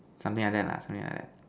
something like that lah something like that